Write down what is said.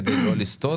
כדי לא לסטות.